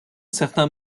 certains